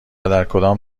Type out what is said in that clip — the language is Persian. درکدام